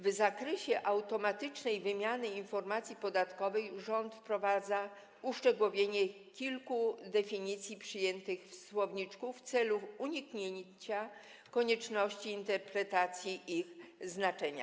W zakresie automatycznej wymiany informacji podatkowych rząd wprowadza uszczegółowienie kilku definicji przyjętych w słowniczku w celu uniknięcia konieczności interpretacji ich znaczenia.